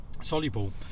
soluble